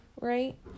right